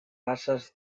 races